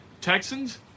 Texans